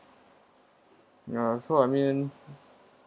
ya so I mean